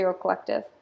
collective